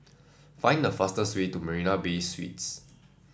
find the fastest way to Marina Bay Suites